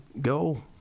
go